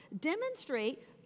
Demonstrate